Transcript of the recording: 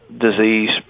disease